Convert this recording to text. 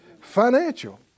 Financial